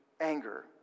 anger